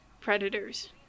predators